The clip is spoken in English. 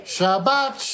Shabbat